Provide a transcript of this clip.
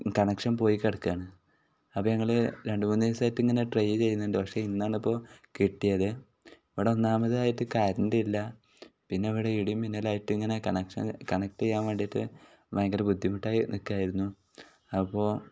connection പോയി കിടക്കുകയാണ് അപ്പം ഞങ്ങൾ രണ്ട് മൂന്ന് ദിവസമായിട്ട് ഇങ്ങനെ ട്രൈ ചെയ്യുന്നുണ്ട് പക്ഷെ ഇന്നാണിപ്പോൾ കിട്ടിയത് ഇവിടെ ഒന്നാമതായിട്ട് കരൻറ്റില്ല പിന്നെ ഇവിടെ ഇടിയും മിന്നലായിട്ടിങ്ങനെ കണക്ഷൻ കണക്ട് ചെയ്യാൻ വേണ്ടിയിട്ട് ഭയങ്കര ബുദ്ധിമുട്ടായി നിൽക്കുകയായിരുന്നു അപ്പോൾ